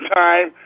time